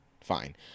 fine